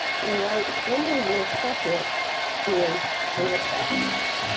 so right under this bucket is the nest box.